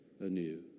anew